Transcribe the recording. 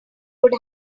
would